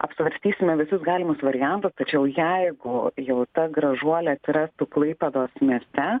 apsvarstysime visus galimus variantus tačiau jeigu jau ta gražuolė atsirastų klaipėdos mieste